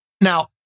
Now